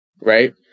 right